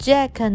Jack